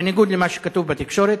בניגוד למה שכתוב בתקשורת,